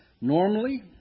Normally